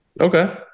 Okay